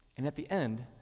and at the end,